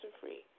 free